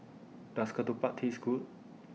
Does Ketupat Taste Good